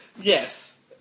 Yes